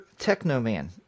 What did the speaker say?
Technoman